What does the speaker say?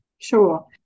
Sure